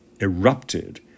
erupted